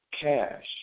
cash